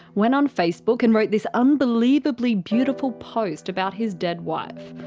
went on facebook and wrote this unbelievably beautiful post about his dead wife.